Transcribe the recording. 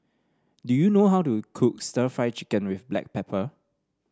do you know how to cook stir Fry Chicken with Black Pepper